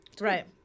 Right